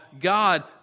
God